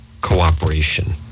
cooperation